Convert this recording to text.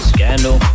Scandal